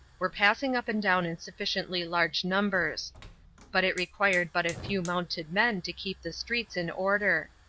were passing up and down in sufficiently large numbers but it required but a few mounted men to keep the streets in order.